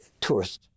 tourists